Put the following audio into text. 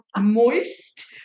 moist